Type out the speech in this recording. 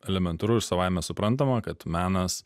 elementaru ir savaime suprantama kad menas